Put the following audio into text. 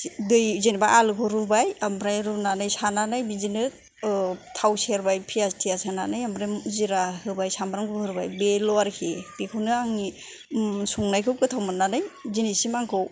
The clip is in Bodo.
दै जेनेबा आलुखौ रुबाय ओमफ्राय रुनानै सानानै बिदिनो ओ थाव सेरबाय फियास थियास होनानै ओमफ्राय जिरा होबाय सामब्राम गुफुर होबाय बेल' आरोखि बेखौनो आंनि संनायखौ गोथाव मोननानै दिनैसिम आंखौ